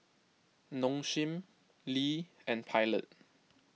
Nong Shim Lee and Pilot